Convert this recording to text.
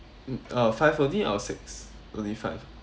mm uh five only or six only five